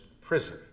prison